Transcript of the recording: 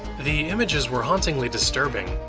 the images were hauntingly disturbing.